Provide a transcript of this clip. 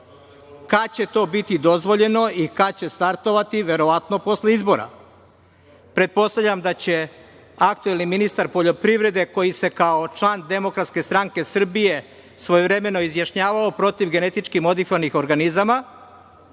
Kad će to biti dozvoljeno i kad će startovati? Verovatno posle